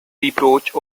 reproach